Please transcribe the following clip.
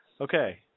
Okay